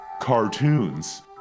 cartoons